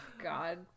God